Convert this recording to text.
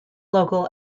local